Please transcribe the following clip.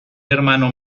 hermano